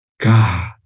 god